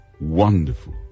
wonderful